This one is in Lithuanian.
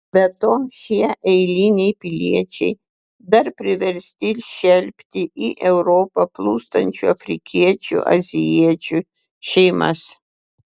be to šie eiliniai piliečiai dar priversti šelpti į europą plūstančių afrikiečių azijiečių šeimas